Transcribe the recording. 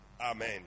Amen